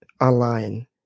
online